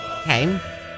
okay